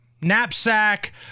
Knapsack